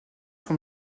pour